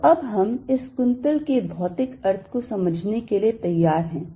तो अब हम इस कुंतल के भौतिक अर्थ को समझने के लिए तैयार हैं